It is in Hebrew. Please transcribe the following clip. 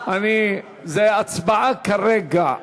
זו הצבעה כרגע,